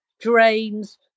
drains